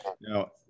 now